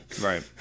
Right